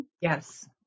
Yes